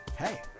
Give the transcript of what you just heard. Hey